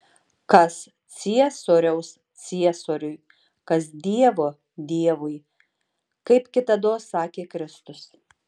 kas ciesoriaus ciesoriui kas dievo dievui kaip kitados sakė kristus